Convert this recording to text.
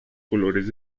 colores